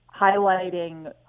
highlighting